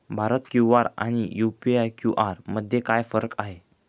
Bharat QR आणि UPI QR मध्ये काय फरक आहे?